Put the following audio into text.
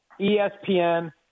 ESPN